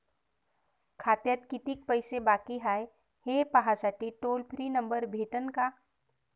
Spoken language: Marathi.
खात्यात कितीकं पैसे बाकी हाय, हे पाहासाठी टोल फ्री नंबर भेटन का?